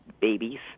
babies